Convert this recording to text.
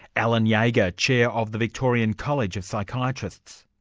alan yeah jager, chair of the victorian college of psychiatrists.